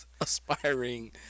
aspiring